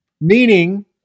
meaning